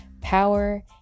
power